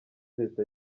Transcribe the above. leta